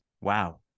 Wow